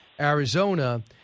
Arizona